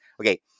Okay